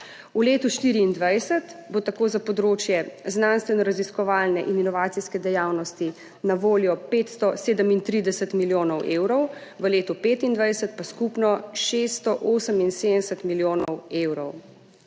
V letu 2024 bo tako za področje znanstvenoraziskovalne in inovacijske dejavnosti na voljo 537 milijonov evrov, v letu 2025 pa skupno 678 milijonov evrov.